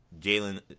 Jalen